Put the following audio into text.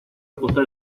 apostar